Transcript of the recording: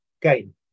game